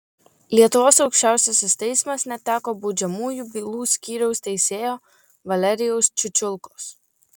lietuvos aukščiausiasis teismas neteko baudžiamųjų bylų skyriaus teisėjo valerijaus čiučiulkos